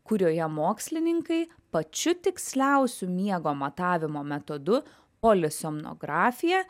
kurioje mokslininkai pačiu tiksliausiu miego matavimo metodu polisomnografija